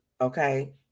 okay